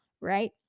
right